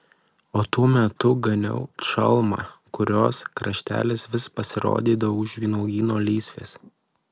o tuo metu ganiau čalmą kurios kraštelis vis pasirodydavo už vynuogyno lysvės